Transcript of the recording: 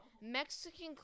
Mexican